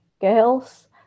girls